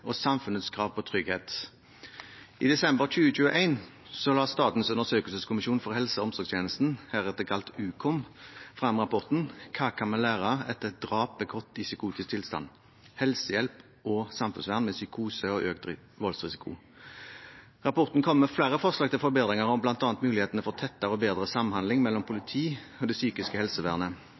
og samfunnets krav på trygghet. I desember 2021 la Statens undersøkelseskommisjon for helse- og omsorgstjenesten, Ukom, frem rapporten «Hva kan vi lære etter et drap begått i psykotisk tilstand? Helsehjelp og samfunnsvern for pasienter med psykose og økt voldsrisiko». Rapporten kommer med flere forslag til forbedringer, bl.a. om mulighetene for tettere og bedre samhandling mellom politiet og det psykiske helsevernet.